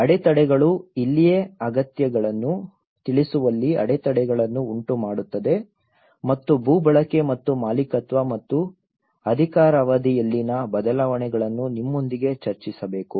ಅಡೆತಡೆಗಳು ಇಲ್ಲಿಯೇ ಅಗತ್ಯಗಳನ್ನು ತಿಳಿಸುವಲ್ಲಿ ಅಡೆತಡೆಗಳನ್ನು ಉಂಟುಮಾಡುತ್ತದೆ ಮತ್ತು ಭೂ ಬಳಕೆ ಮತ್ತು ಮಾಲೀಕತ್ವ ಮತ್ತು ಅಧಿಕಾರಾವಧಿಯಲ್ಲಿನ ಬದಲಾವಣೆಗಳನ್ನು ನಿಮ್ಮೊಂದಿಗೆ ಚರ್ಚಿಸಬೇಕು